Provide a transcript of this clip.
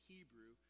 Hebrew